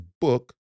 book